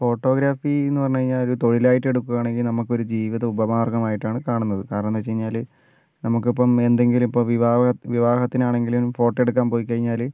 photography എന്നുപറഞ്ഞു കഴിഞ്ഞാൽ ഒരു തൊഴിലായിട്ട് എടുക്കുകയാണെങ്കിൽ നമുക്ക് ഒരു ജീവിത ഉപമാർഗ്ഗമായിട്ടാണ് കാണുന്നത് കാരണം എന്നുവെച്ച് കഴിഞ്ഞാൽ നമുക്ക് ഇപ്പോൾ എന്തെങ്കിലും വിവാഹ വിവാഹത്തിനാണെങ്കിലും ഫോട്ടോ എടുക്കാൻ പോയി കഴിഞ്ഞാൽ